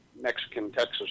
Mexican-Texas